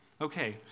Okay